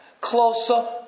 closer